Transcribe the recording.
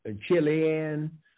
Chilean